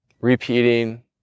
repeating